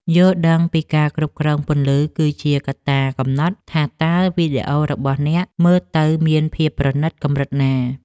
យល់ដឹងពីការគ្រប់គ្រងពន្លឺគឺជាកត្តាកំណត់ថាតើវីដេអូរបស់អ្នកមើលទៅមានភាពប្រណីតកម្រិតណា។